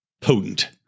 potent